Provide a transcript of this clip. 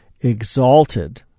exalted